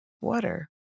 Water